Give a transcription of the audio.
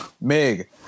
Meg